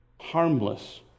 harmless